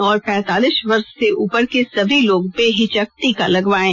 और पैंतालीस वर्ष से उपर के सभी लोग बेहिचक टीका लगवायें